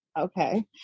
okay